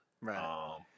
Right